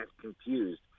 confused